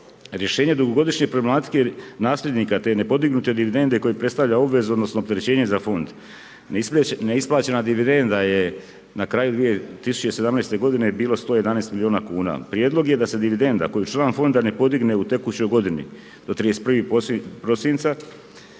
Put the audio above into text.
Rješenje dugogodišnje problematike nasljednika, te nepodignute dividende koje predstavlja obvezu odnosu opterećenje za Fond. Neisplaćena dividenda je na kraju 2017. godine bila 111 miliona kuna. Prijedlog je da se dividenda koju član Fonda ne podigne u tekućoj godini do 31. prosinca,